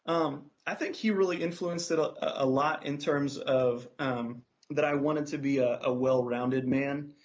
um i think he really influenced it ah a lot in terms of um that i wanted to be ah a well-rounded man,